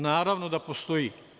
Naravno da postoji.